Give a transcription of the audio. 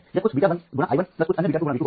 यह कुछ𝛽 1 × i 1 कुछ अन्य 𝛽 2 × V 2 होगा